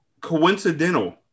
coincidental